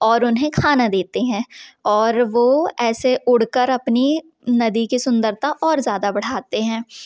और उन्हें खाना देते हैं और वो ऐसे उड़ कर अपनी नदी की सुंदरता और ज़्यादा बढ़ाते हैं